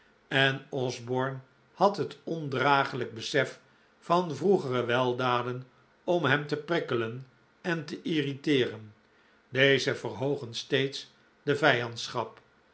en osborne had het ondragelijk besef van vroegere weldaden om hem te prikkelen en te irriteeren deze verhoogen steeds de